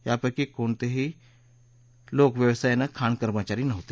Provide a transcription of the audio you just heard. यापक्ती कोणतेही लोक व्यवसायानं खाण कर्मचारी नव्हते